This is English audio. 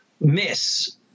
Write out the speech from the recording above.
miss